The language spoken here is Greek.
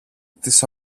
τις